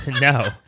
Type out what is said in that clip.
No